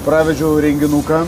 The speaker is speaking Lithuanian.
pravedžiau renginuką